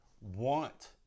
want